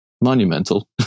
monumental